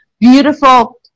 beautiful